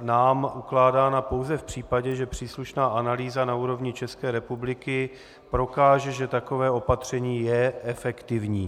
nám ukládána pouze v případě, že příslušná analýza na úrovni České republiky prokáže, že takové opatření je efektivní.